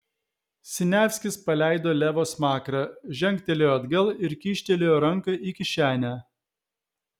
siniavskis paleido levo smakrą žengtelėjo atgal ir kyštelėjo ranką į kišenę